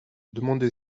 demander